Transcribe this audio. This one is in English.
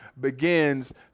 begins